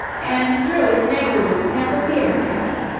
and threw it negligently at the theatre cat.